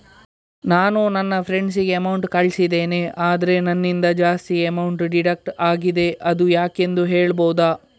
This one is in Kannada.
ನಾನು ನನ್ನ ಫ್ರೆಂಡ್ ಗೆ ಅಮೌಂಟ್ ಕಳ್ಸಿದ್ದೇನೆ ಆದ್ರೆ ನನ್ನಿಂದ ಜಾಸ್ತಿ ಅಮೌಂಟ್ ಡಿಡಕ್ಟ್ ಆಗಿದೆ ಅದು ಯಾಕೆಂದು ಹೇಳ್ಬಹುದಾ?